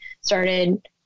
started